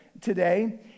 today